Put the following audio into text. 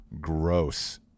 gross